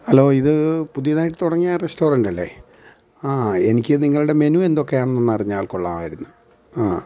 hello ഇത് പുതിയതായി തുടങ്ങിയ റസ്റ്റോറൻറ് അല്ലേ ആ എനിക്ക് നിങ്ങളുടെ മെനു എന്തൊക്കെയാണെന്ന് ഒന്ന് അറിഞ്ഞാൽ കൊള്ളാമായിരുന്നു ആ